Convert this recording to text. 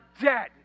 dead